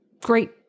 great